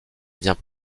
vient